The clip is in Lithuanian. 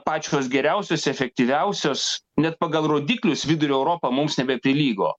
pačios geriausios efektyviausios net pagal rodiklius vidurio europa mums nebeprilygo